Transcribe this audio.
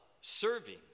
serving